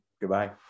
goodbye